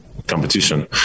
competition